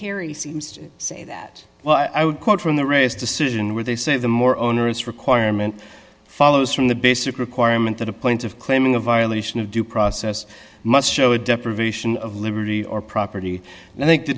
kerry seems to say that well i would quote from the race decision where they say the more onerous requirement follows from the basic requirement that a point of claiming a violation of due process must show a deprivation of liberty or property and i think the